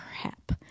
crap